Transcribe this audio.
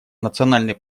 национальный